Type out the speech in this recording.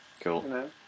Cool